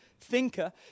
thinker